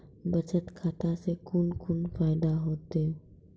बचत खाता सऽ कून कून फायदा हेतु?